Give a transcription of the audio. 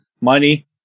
money